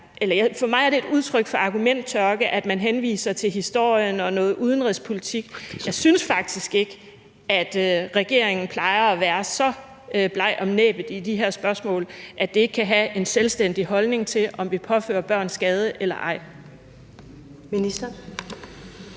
For mig er det udtryk for argumenttørke, at man henviser til historien og noget udenrigspolitik. Jeg synes faktisk ikke, at regeringen plejer at være så bleg om næbet i de her spørgsmål, at den ikke kan have en selvstændig holdning til, om vi påfører børn skade eller ej.